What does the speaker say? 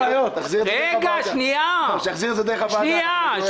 שיחזיר דרך הוועדה.